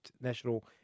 national